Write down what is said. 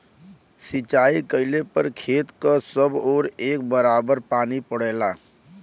सिंचाई कइले पर खेत क सब ओर एक बराबर पानी पड़ेला